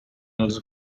els